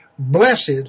Blessed